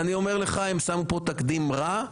אני אומר לך, הם שמו פה תקדים רע.